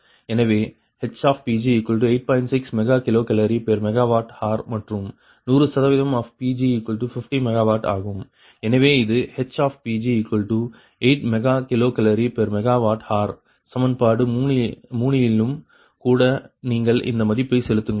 6 MkcalMWhr மற்றும் 100 of Pg50 MW ஆகும் எனவே அது HPg8 MkcalMWhr சமன்பாடு 3 யிலும் கூட நீங்கள் இந்த மதிப்பை செலுத்துங்கள்